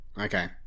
Okay